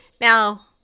Now